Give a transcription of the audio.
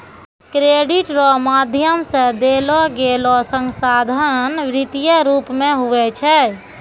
credit रो माध्यम से देलोगेलो संसाधन वित्तीय रूप मे हुवै छै